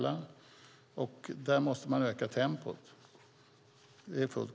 Där måste man öka tempot.